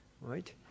right